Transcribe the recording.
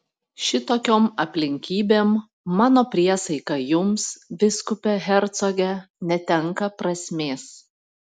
šitokiom aplinkybėm mano priesaika jums vyskupe hercoge netenka prasmės